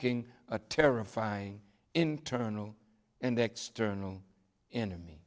invoking a terrifying internal and external enemy